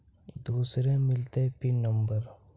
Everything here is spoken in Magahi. दुसरे मिलतै पिन नम्बर?